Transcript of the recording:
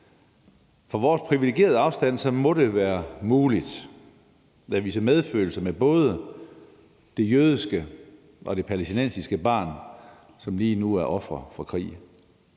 Fra vores privilegerede afstand må det jo være muligt at vise medfølelse med både det jødiske og det palæstinensiske barn, som lige nu er ofre for krig.